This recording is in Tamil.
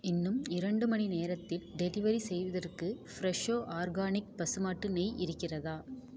இன்னும் இரண்டு மணி நேரத்தில் டெலிவரி செய்வதற்கு ஃப்ரெஷோ ஆர்கானிக் பசு மாட்டு நெய் இருக்கிறதா